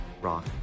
rock